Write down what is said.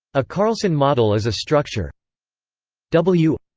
a carlson model is a structure w,